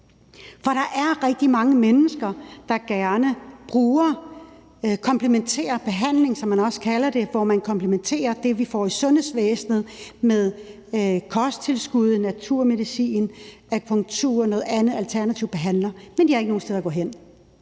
For der er rigtig mange mennesker, der gerne bruger komplementær behandling, som man også kalder det, hvor man komplementerer det, vi får i sundhedsvæsenet, med kosttilskud, naturmedicin, akupunktur og noget andet alternativ behandling, men de har ikke nogen steder at gå hen.